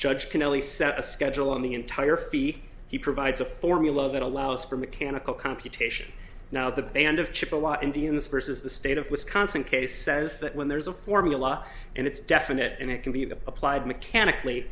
set a schedule on the entire fee he provides a formula that allows for mechanical computation now the band of chippewa indians versus the state of wisconsin case says that when there's a formula and it's definite and it can be applied mechanically